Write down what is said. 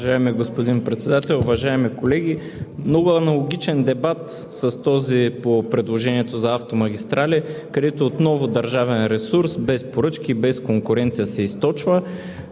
Уважаеми господин Председател, уважаеми колеги! Много аналогичен дебат с този по предложението за „Автомагистрали“, където отново държавен ресурс, без поръчки, без конкуренция, се източва.